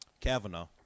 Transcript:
Kavanaugh